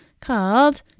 called